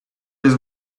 just